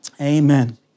Amen